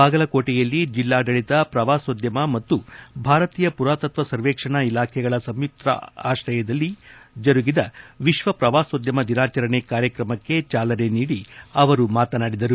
ಬಾಗಲಕೋಟೆಯಲ್ಲಿ ಜಿಲ್ಲಾಡಳಿತ ಪ್ರವಾಸೋದ್ಯಮ ಮತ್ತು ಭಾರತೀಯ ಮರಾತತ್ವ ಸರ್ವೇಕ್ಷಣ ಇಲಾಖೆಗಳ ಸಂಯುಕ್ತ ಆಶಯದಲ್ಲಿ ಜರುಗಿದ ವಿಶ್ವ ಪ್ರವಾಸೋದ್ಯಮ ದಿನಾಚರಣೆ ಕಾರ್ಯತ್ರಮಕ್ಕ ಜಾಲನೆ ನೀಡಿ ಅವರು ಮಾತನಾಡಿದರು